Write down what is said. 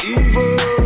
evil